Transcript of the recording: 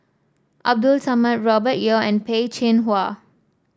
Abdul Samad Robert Yeo and Peh Chin Hua